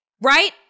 right